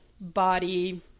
Body